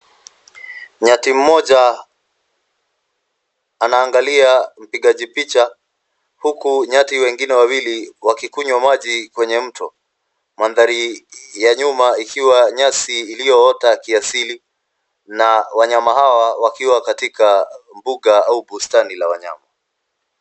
Nyati mmoja anaangalia mpigaji picha huku nyati wengine wawili wakikunywa maji kwenye mto. Mandhari ya nyuma ikiwa nyasi iliyoota kiasili na wanyama hawa wakiwa katika mbuga au bustani la wanyama.